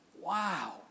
Wow